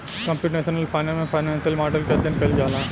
computational finance में financial model के अध्ययन कईल जाला